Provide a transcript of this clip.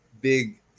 big